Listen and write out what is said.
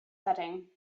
setting